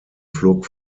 flog